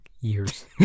years